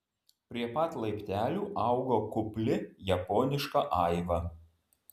prie pat laiptelių augo kupli japoniška aiva